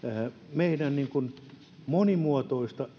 meidän monimuotoista